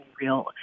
real